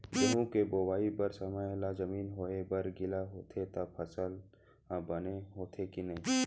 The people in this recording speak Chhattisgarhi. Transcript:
गेहूँ के बोआई बर समय ला जमीन होये बर गिला होथे त फसल ह बने होथे की नही?